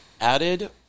added